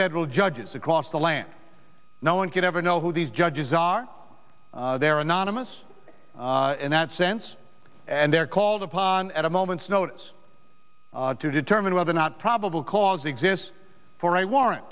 federal judges across the land no one can ever know who these judges are they're anonymous in that sense and they're called upon at a moment's notice to determine whether or not probable cause exists for a warrant